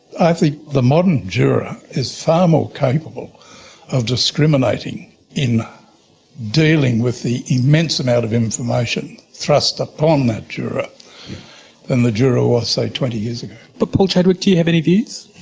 i think the modern juror is far more capable of discriminating in dealing with the immense amount of information thrust upon that juror than and the juror was, say, twenty years ago. but paul chadwick do you have any views?